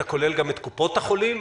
אתה כולל גם את קופות החולים?